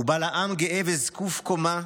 הוא בא לעם גאה וזקוף קומה,